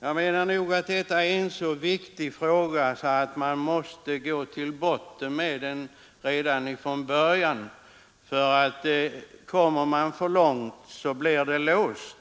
Jag menar att detta är en så viktig fråga att man måste gå till botten med den redan från början. Har ärendet hunnit för långt, är situationen låst.